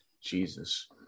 Jesus